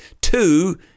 two